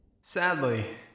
Sadly